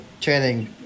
training